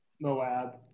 Moab